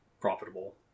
profitable